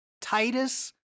Titus